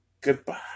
Goodbye